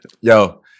yo